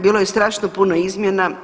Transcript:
Bilo je strašno puno izmjena.